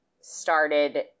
started